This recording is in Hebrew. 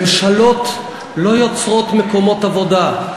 ממשלות לא יוצרות מקומות עבודה,